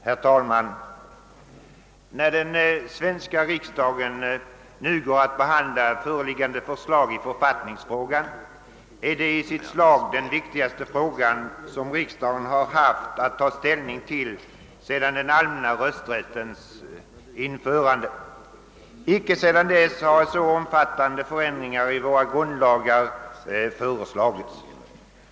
Herr talman! Föreliggande förslag i författningsfrågan, som riksdagen nu skall behandla, är den i sitt slag viktigaste fråga som riksdagen haft att ta ställning till sedan den allmänna rösträttens införande. Inte sedan dess har så omfattande förändringar i våra grundlagar föreslagits.